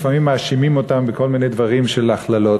לפעמים מאשימים אותם בכל מיני דברים של הכללות,